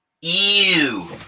Ew